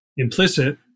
implicit